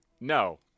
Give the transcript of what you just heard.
No